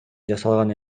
жасалган